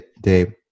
Dave